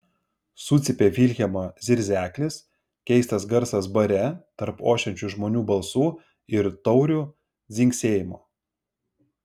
sucypė viljamo zirzeklis keistas garsas bare tarp ošiančių žmonių balsų ir taurių dzingsėjimo